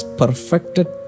perfected